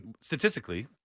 statistically